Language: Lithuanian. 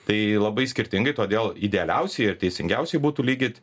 tai labai skirtingai todėl idealiausiai ir teisingiausiai būtų lygyt